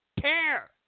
Care